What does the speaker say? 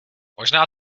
možná